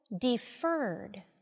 deferred